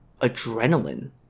adrenaline